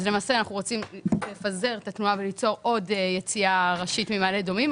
למעשה אנחנו רוצים לפזר את התנועה וליצור עוד יציאה ראשית ממעלה אדומים.